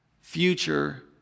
future